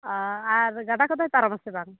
ᱚ ᱟᱨ ᱜᱟᱰᱟ ᱠᱚᱫᱚᱭ ᱯᱟᱨᱚᱢᱟ ᱥᱮ ᱵᱟᱝ